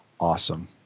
awesome